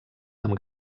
amb